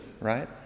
right